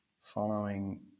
following